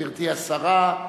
גברתי השרה,